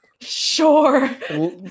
Sure